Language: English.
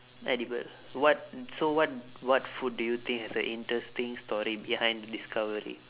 edible what so what what food do you think has a interesting story behind the discovery